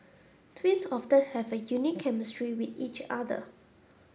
twins often have a unique chemistry with each other